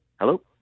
Hello